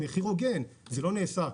אבל זה לא נעשה.